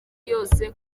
yose